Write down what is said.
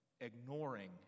ignoring